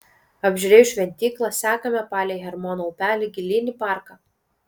apžiūrėjus šventyklą sekame palei hermono upelį gilyn į parką